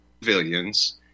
civilians